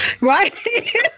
right